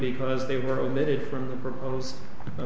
because they were omitted from the proposed a